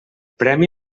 premi